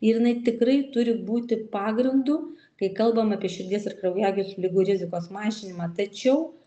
ir jinai tikrai turi būti pagrindu kai kalbam apie širdies ir kraujagyslių ligų rizikos mažinimą tačiau